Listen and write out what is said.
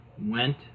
went